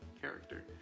character